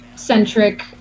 Centric